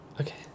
Okay